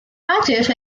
active